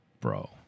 Bro